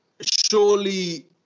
surely